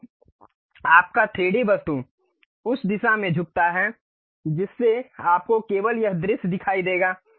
तो आपका 3D वस्तु उस दिशा में झुकता है जिससे आपको केवल यह दृश्य दिखाई देगा